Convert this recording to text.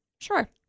sure